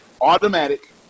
automatic